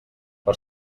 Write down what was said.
per